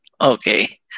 Okay